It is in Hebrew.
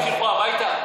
ש-5,000 איש ילכו הביתה?